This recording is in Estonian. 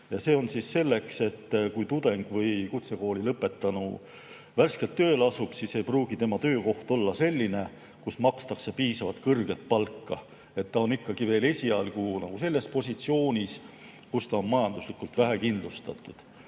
See on selleks, et kui tudeng või kutsekooli lõpetanu värskelt tööle asub, siis ei pruugi tema töökoht olla selline, kus makstakse piisavalt kõrget palka. Ta on esialgu ikkagi veel selles positsioonis, kus ta on majanduslikult vähekindlustatud.